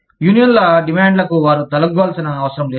యూనియన్ల డిమాండ్లకు వారు తలొగ్గాల్సిన అవసరం లేదు